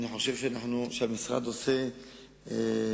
אני חושב שהמשרד עושה רבות.